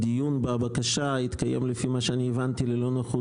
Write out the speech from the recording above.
הידון בבקשה התקיים לפי מה שהבנתי ללא נוכחות